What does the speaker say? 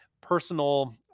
personal